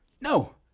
No